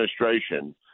administration